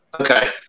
okay